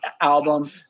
album